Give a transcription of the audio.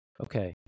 Okay